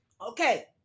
Okay